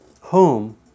home